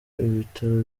ibitaro